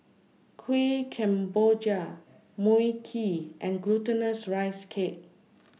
Kuih Kemboja Mui Kee and Glutinous Rice Cake